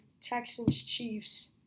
Texans-Chiefs